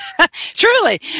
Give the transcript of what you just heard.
truly